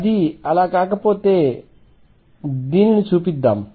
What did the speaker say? అది అలా కాకపోతే దీనిని చూపిద్దాం